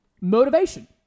motivation